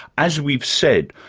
as we've said,